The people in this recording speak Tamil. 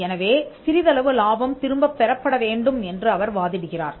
எனவே சிறிதளவு லாபம் திரும்பப் பெறப்பட வேண்டும் என்று அவர் வாதிடுகிறார்